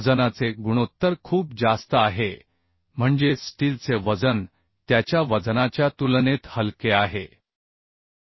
वजनाचे गुणोत्तर खूप जास्त आहे म्हणजे स्टीलचे वजन त्याच्या वजनाच्या तुलनेत हलके आहे त्यामुळे कमी जागेसह आपण मेम्बरला देऊ शकतो आणि तो मेम्बर घेऊ शकतो